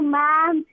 mom